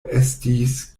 estis